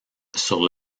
sur